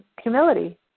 humility